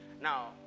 Now